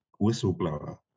whistleblower